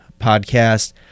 Podcast